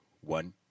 one